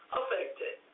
affected